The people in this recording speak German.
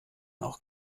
auch